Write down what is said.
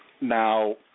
Now